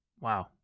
Wow